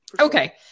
okay